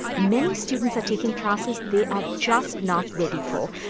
many students are taking classes they are just not ready for.